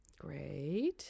great